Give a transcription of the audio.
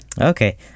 Okay